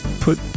put